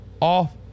off